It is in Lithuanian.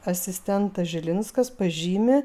asistentas žilinskas pažymi